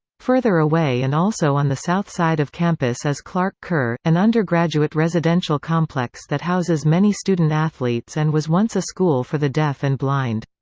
further away and also on the south side of campus is clark kerr, an undergraduate residential complex that houses many student athletes and was once a school for the deaf and blind.